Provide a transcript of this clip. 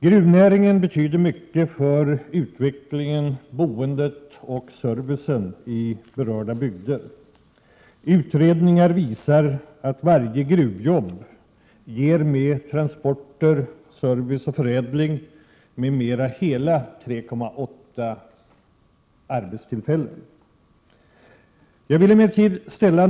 Gruvnäringen betyder mycket för utvecklingen, boendet och servicen i berörda bygder. Utredningar visar att varje gruvjobb ger — inkl. transporter, service, förädling m.m. — hela 3,8 arbetstillfällen.